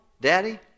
Daddy